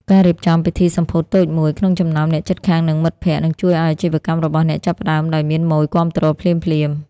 ការរៀបចំ "ពិធីសម្ពោធតូចមួយ" ក្នុងចំណោមអ្នកជិតខាង និងមិត្តភក្តិ នឹងជួយឱ្យអាជីវកម្មរបស់អ្នកចាប់ផ្ដើមដោយមានម៉ូយគាំទ្រភ្លាមៗ។